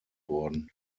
worden